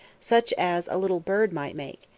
such as a little bird might make.